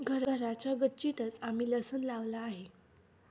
घराच्या गच्चीतंच आम्ही लसूण लावला आहे